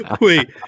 wait